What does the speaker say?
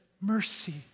mercy